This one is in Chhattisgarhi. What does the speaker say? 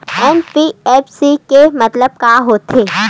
एन.बी.एफ.सी के मतलब का होथे?